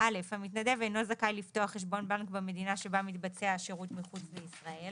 המתנדב אינו זכאי לפתוח חשבון בנק במדינה שבה מתבצע השירות מחוץ לישראל.